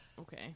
okay